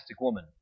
woman